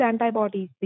antibodies